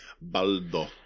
Baldo